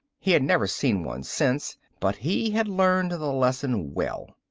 he had never seen one since, but he had learned the lesson well.